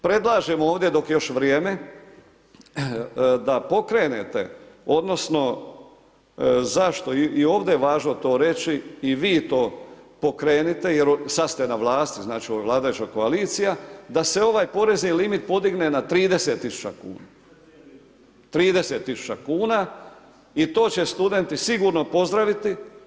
Predlažem ovdje dok je još vrijeme da pokrenete odnosno zašto i ovdje je važno to reći i vi to pokrenite, jer sad ste na vlasti znači ovo je vladajuća koalicija, da se ovaj porezni limit podigne na 30.000 kuna, 30.000 kuna i to će studenti sigurno pozdraviti.